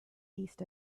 east